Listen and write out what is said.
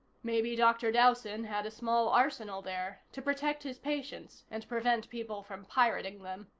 maybe dr. dowson had a small arsenal there, to protect his patients and prevent people from pirating them.